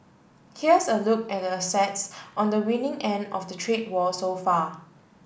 here's a look at the assets on the winning end of the trade war so far